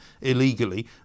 illegally